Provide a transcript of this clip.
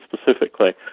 specifically